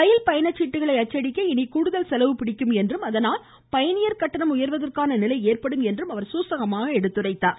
ரயில் பயணச்சீட்டுக்களை அச்சடிக்க இனி கூடுதல் செலவு பிடிக்கும் என்றும் அதனால் பயணியர் கட்டணம் உயர்வதற்கான நிலை ஏற்படும் என்றும் எடுத்துரைத்தார்